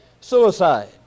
suicide